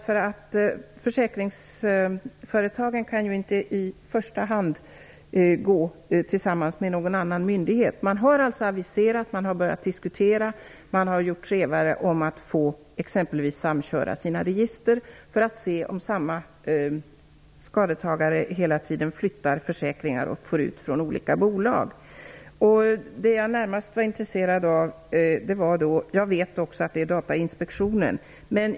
Försäkringsföretagen kan ju inte i första hand arbeta tillsammans med någon annan myndighet. Man har alltså börjat diskutera och har skickat ut trevare om att man exempelvis skall få samköra register för att se om samma försäkringstagare hela tiden flyttar försäkringar och får ut ersättning från olika bolag. Jag vet att det är Datainspektionen som har hand om detta.